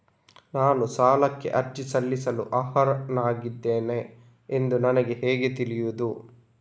ನಾನು ಸಾಲಕ್ಕೆ ಅರ್ಜಿ ಸಲ್ಲಿಸಲು ಅರ್ಹನಾಗಿದ್ದೇನೆ ಎಂದು ನನಗೆ ಹೇಗೆ ತಿಳಿಯುದು?